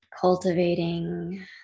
cultivating